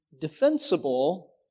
defensible